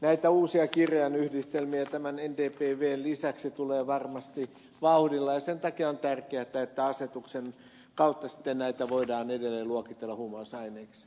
näitä uusia kirjainyhdistelmiä tämän mdpvn lisäksi tulee varmasti vauhdilla ja sen takia on tärkeätä että asetuksen kautta sitten näitä voidaan edelleen luokitella huumausaineiksi